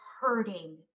hurting